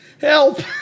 help